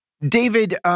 David